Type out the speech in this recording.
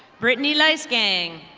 brittany licgang.